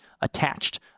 attached